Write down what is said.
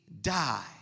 die